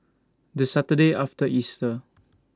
The Saturday after Easter